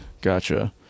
Gotcha